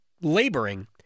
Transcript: laboring